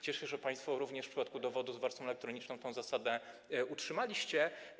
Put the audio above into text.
Cieszę się, że państwo w przypadku dowodu z warstwą elektroniczną tę zasadę utrzymaliście.